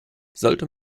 sollte